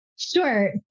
Sure